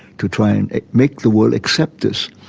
to try and make the world accept this.